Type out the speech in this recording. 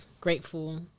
grateful